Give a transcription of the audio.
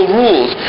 rules